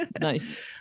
Nice